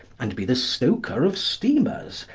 and be the stoker of steamers,